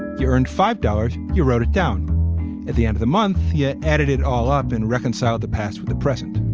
you're in five dollars. you wrote it down at the end of the month. yeah you added it all up and reconcile the past with the present.